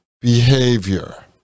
behavior